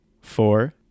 four